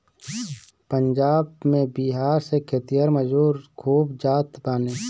पंजाब में बिहार से खेतिहर मजूर खूब जात बाने